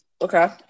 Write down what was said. Okay